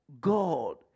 God